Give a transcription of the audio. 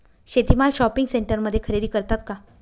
शेती माल शॉपिंग सेंटरमध्ये खरेदी करतात का?